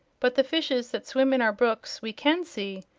but the fishes that swim in our brooks we can see,